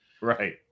Right